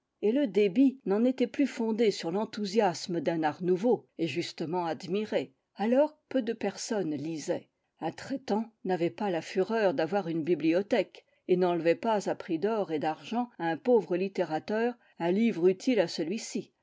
et le débit n'en était plus fondé sur l'enthousiasme d'un art nouveau et justement admiré alors peu de personnes lisaient un traitant n'avait pas la fureur d'avoir une bibliothèque et n'enlevait pas à prix d'or et d'argent à un pauvre littérateur un livre utile à celui-ci